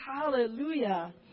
Hallelujah